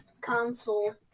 console